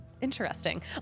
Interesting